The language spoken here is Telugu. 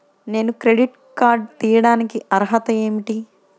నేను క్రెడిట్ కార్డు తీయడానికి అర్హత ఏమిటి?